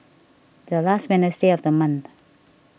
the last Wednesday of the month